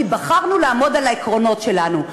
כי בחרנו לעמוד על העקרונות שלנו.